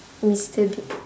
mister bi~